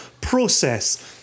process